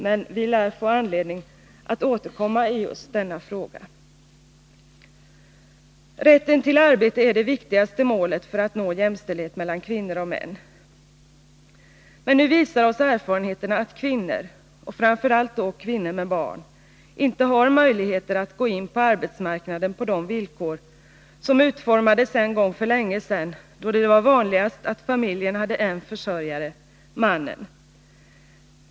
Men vi lär få anledning att återkomma i just denna fråga. Rätten till arbete är det viktigaste målet för att nå jämställdhet mellan kvinnor och män. Men nu visar oss erfarenheterna att kvinnor — och framför allt kvinnor med barn — inte har möjligheter att gå in på arbetsmarknaden på de villkor som utformades en gång för länge sedan, då det var vanligast att familjen hade en försörjare — mannen.